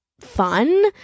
fun